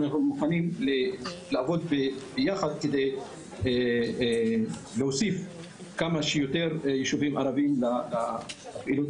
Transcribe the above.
אנחנו מוכנים לעבוד ביחד כדי להוסיף כמה שיותר יישובים ערביים לפעילות